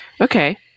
okay